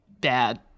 bad